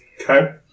Okay